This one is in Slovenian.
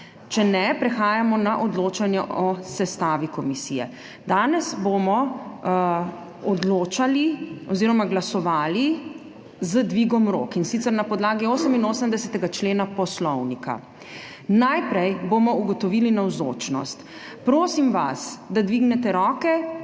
Če ne, prehajamo na odločanje o sestavi komisije. Danes bomo glasovali z dvigom rok, in sicer na podlagi 88. člena Poslovnika. Najprej bomo ugotovili navzočnost. Prosim vas, da dvignete roke,